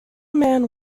man